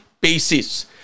basis